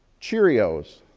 cheerios,